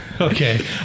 Okay